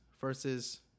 versus